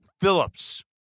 Phillips